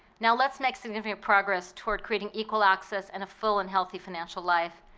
now let's make significant progress toward creating equal access and a full and healthy financial life.